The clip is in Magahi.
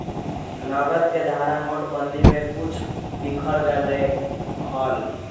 नकद के धारा नोटेबंदी में कुछ बिखर गयले हल